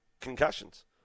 concussions